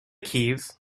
keys